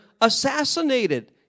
assassinated